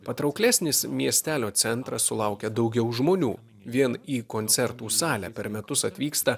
patrauklesnis miestelio centras sulaukia daugiau žmonių vien į koncertų salę per metus atvyksta